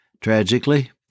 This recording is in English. Tragically